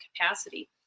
capacity